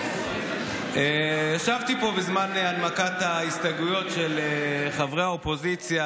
ישבתי פה בזמן הנמקת ההסתייגויות של חברי האופוזיציה,